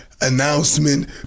announcement